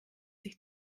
sich